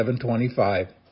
7.25